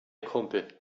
kumpel